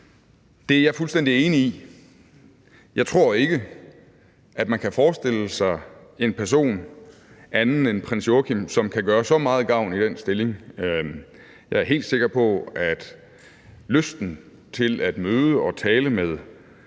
det er jeg fuldstændig enig i. Jeg tror ikke, at man kan forestille sig en person anden end prins Joachim, som kan gøre så meget gavn i den stilling. Jeg er helt sikker på, at lysten til at møde og tale med